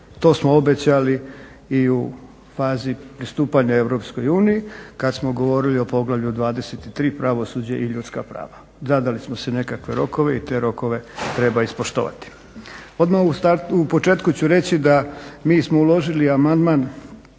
to smo obećali i u fazi pristupanja EU kad smo govorili o poglavlju 23 pravosuđe i ljudska prava. Zadali smo si nekakve rokove i te rokove treba ispoštovati. Odmah u početku ću reći da mi smo uložili amandman